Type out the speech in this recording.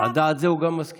על דעת זה הוא גם מסכים,